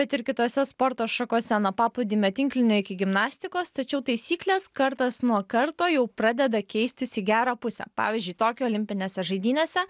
bet ir kitose sporto šakose nuo paplūdimio tinklinio iki gimnastikos tačiau taisyklės kartas nuo karto jau pradeda keistis į gerą pusę pavyzdžiui tokijo olimpinėse žaidynėse